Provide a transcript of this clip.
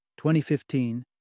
2015